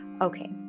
Okay